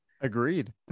agreed